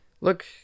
Look